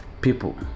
people